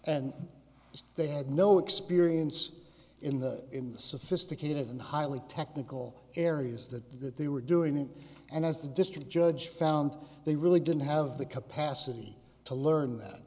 and they had no experience in the in the sophisticated and highly technical areas that they were doing and as the district judge found they really didn't have the capacity to learn that